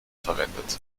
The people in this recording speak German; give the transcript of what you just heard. verwendet